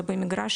זה במגרש